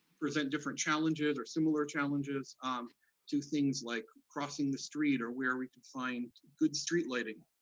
present different challenges or similar challenges um to things like crossing the street, or where we can find good street lighting,